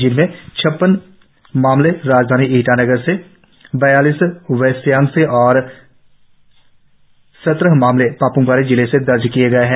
जिनमें छप्पन मामले ईटानगर राजधानी क्षेत्र से बयालीस वेस्ट सियांग से और सत्रह मामले पाप्म पारे जिले से दर्ज किए गए है